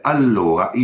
Allora